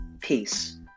Peace